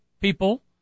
people